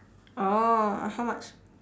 oh how much